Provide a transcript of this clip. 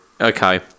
Okay